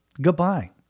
Goodbye